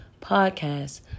podcast